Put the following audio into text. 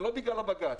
ולא בגלל הבג"ץ,